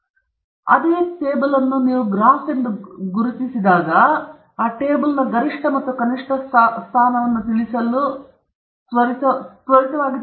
ಮತ್ತೊಂದೆಡೆ ಅದೇ ರೀತಿಯ ಟೇಬಲ್ ನೀವು ಅದನ್ನು ಕೆಲವು ರೀತಿಯ ಗ್ರಾಫ್ ಎಂದು ಗುರುತಿಸಿದರೆ ನಿಮಗೆ ತಿಳಿದಿದೆ ಮತ್ತು ಅದು ನಿಮಗೆ ತೋರಿಸಿದೆ ಈ ಮೇಜಿನು ಗರಿಷ್ಠ ಸ್ಥಾನದಲ್ಲಿರುವ ಮಾಹಿತಿಯನ್ನು ತಿಳಿಸಲು ಈ ಗ್ರಾಫ್ ಉತ್ತಮ ಸ್ಥಾನದಲ್ಲಿದೆ ಈ ಟೇಬಲ್ ಸ್ಥಾನದಲ್ಲಿರುತ್ತದೆ